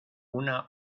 una